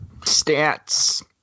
Stats